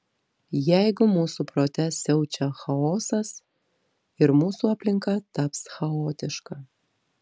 jeigu mūsų prote siaučia chaosas ir mūsų aplinka taps chaotiška